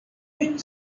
une